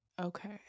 okay